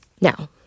Now